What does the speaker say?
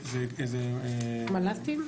מל"טים?